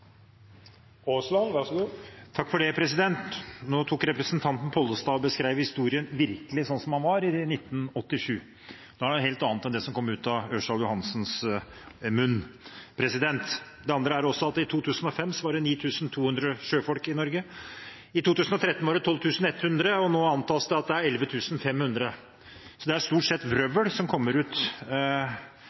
Representanten Pollestad beskrev historien slik den virkelig var i 1987. Det var noe helt annet enn det som kom ut av representanten Ørsal Johansens munn. For det andre var det i 2005 9 200 sjøfolk i Norge, i 2013 var det 12 100, og nå antas det at det er 11 500. Så det er stort sett vrøvl som kommer ut